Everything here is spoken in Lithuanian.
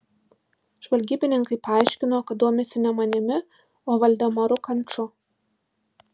žvalgybininkai paaiškino kad domisi ne manimi o valdemaru kanču